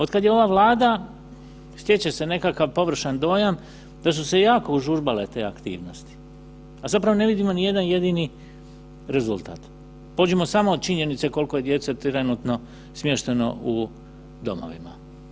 Od kada je ova Vlada stječe se nekakav površan dojam da su se jako užurbale te aktivnosti, a zapravo ne vidimo nijedan jedini rezultat, pođimo samo od činjenice koliko je djece trenutno smješteno u domovima.